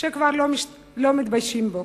שכבר לא מתביישים בו.